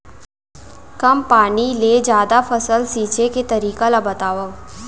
कम पानी ले जादा फसल सींचे के तरीका ला बतावव?